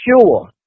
sure